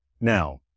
Now